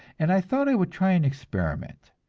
and i thought i would try an experiment,